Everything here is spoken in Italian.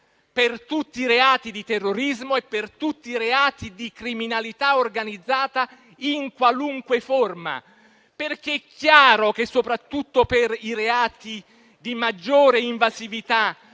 per tutti i reati di terrorismo e per tutti i reati di criminalità organizzata in qualunque forma. È chiaro che, soprattutto per i reati di maggiore invasività,